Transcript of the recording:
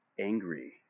angry